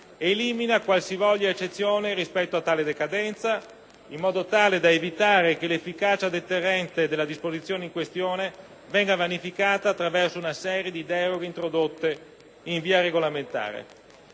elimina qualsivoglia eccezione rispetto a tale decadenza, in modo tale da evitare che l'efficacia deterrente della disposizione in questione venga vanificata attraverso una serie di deroghe introdotte in via regolamentare.